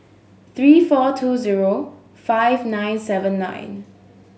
three four two zero five nine seven nine